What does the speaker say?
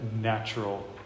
natural